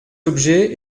objets